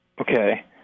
okay